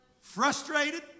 frustrated